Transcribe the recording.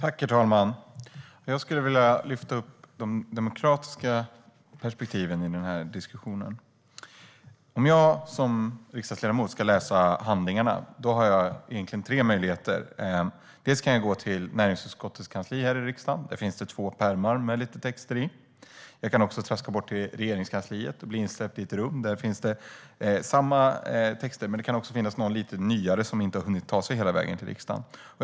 Herr talman! Jag skulle vilja lyfta upp de demokratiska perspektiven i den här diskussionen. Om jag som riksdagsledamot ska läsa handlingarna har jag tre möjligheter. Jag kan gå till näringsutskottets kansli här i riksdagen, där det finns två pärmar med lite texter i. Jag kan traska bort till Regeringskansliet och bli insläppt i ett rum där samma texter finns men där det även kan finnas någon lite nyare text som inte har hunnit ta sig hela vägen till riksdagen.